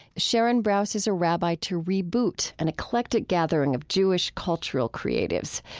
sharon brous is a rabbi to reboot, an eclectic gathering of jewish cultural creatives.